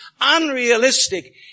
unrealistic